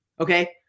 Okay